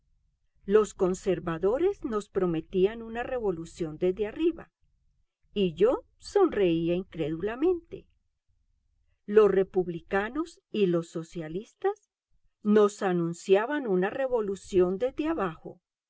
los conservadores nos prometían una revolución desde arriba y yo sonreía incrédulamente los republicanos y los socialistas nos anunciaban una revolución desde abajo